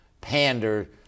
pander